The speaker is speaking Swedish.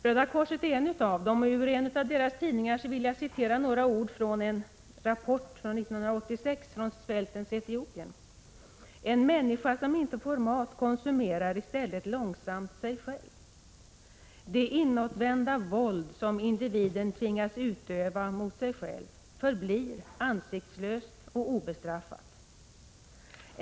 Röda korset är en av organisationerna, och från en av dess tidningar vill jag återge ett avsnitt ur en rapport från 1986 som gäller svältens Etiopien: ”En människa som inte får mat konsumerar i stället långsamt sig själv. Det inåtvända våld som individen tvingas utöva mot sig själv förblir ansiktslöst och obestraffat.